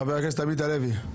חבר הכנסת עמית הלוי.